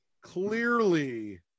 clearly